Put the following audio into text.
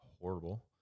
horrible